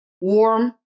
warm